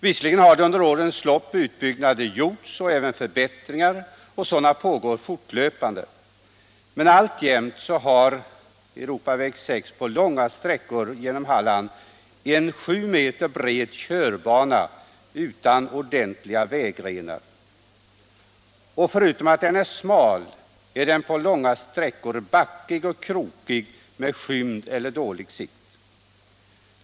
Under årens lopp har visserligen utbyggnader och förbättringar gjorts, och sådana pågår fortlöpande, men alltjämt har E 6 på långa sträckor genom Halland en 7 m bred körbana utan ordentliga vägrenar. Förutom att den är smal är den på långa sträckor backig och krokig med skymd eller dålig sikt.